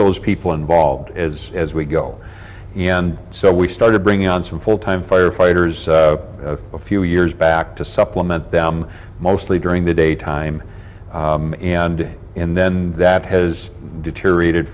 those people involved as as we go and so we started bringing on some full time firefighters a few years back to supplement them mostly during the day time and and then that has deteriorated